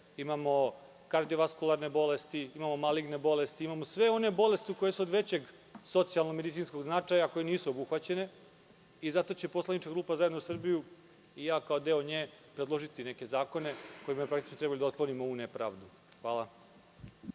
imamo kardio-vaskularne bolesti, imamo maligne bolesti, imamo sve one bolesti koje su od veće socijalno-medicinskog značaja, a koje nisu obuhvaćene. Zato će poslanička grupa ZZS i ja kao deo nje predložiti neke zakone kojima treba da otklonimo ovu nepravdu. Hvala.